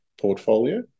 portfolio